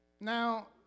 now